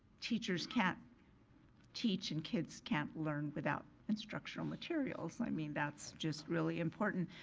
teachers can't teach and kids can't learn without instructional materials. i mean, that's just really important.